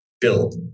build